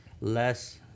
less